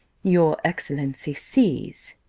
your excellency sees,